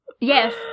Yes